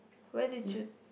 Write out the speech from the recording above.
where did you